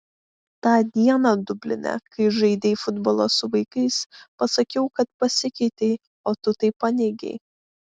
tą dieną dubline kai žaidei futbolą su vaikais pasakiau kad pasikeitei o tu tai paneigei